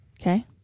Okay